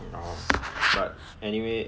orh but anyway